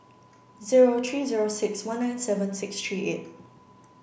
zero three zero six one nine seven six three eight